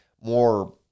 more